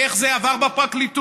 איך זה עבר בפרקליטות,